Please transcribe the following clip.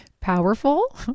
powerful